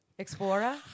Explorer